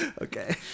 Okay